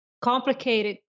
complicated